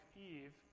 Eve